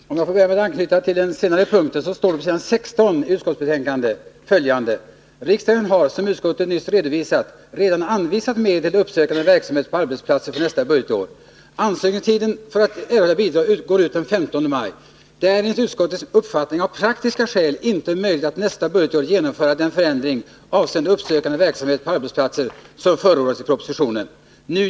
Herr talman! Om jag får börja med att anknyta till den senare punkten, kan jag nämna att det på s. 16 i utskottsbetänkandet står bl.a. följande: ”Riksdagen har, som utskottet nyss redovisat, redan anvisat medel till uppsökande verksamhet på arbetsplatser för nästa budgetår. Ansökningstiden för att erhålla bidrag går ut den 15 maj. Det är enligt utskottets uppfattning av praktiska skäl inte möjligt att nästa budgetår genomföra den förändring avseende den uppsökande verksamhet på arbetsplatser som förordas i proposition 1980/81:127.